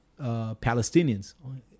Palestinians